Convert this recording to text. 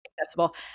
accessible